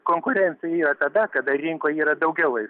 konkurentai o tada kada rinkoje yra daugiau